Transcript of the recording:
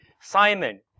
Simon